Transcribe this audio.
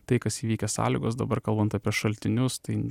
tai kas įvykę sąlygos dabar kalbant apie šaltinius tai